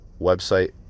website